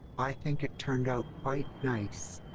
i think it turned out quite nice.